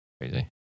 Crazy